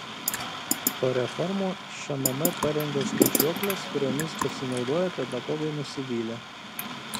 po reformų šmm parengė skaičiuokles kuriomis pasinaudoję pedagogai nusivylė